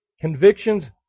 Convictions